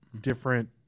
different